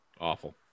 Awful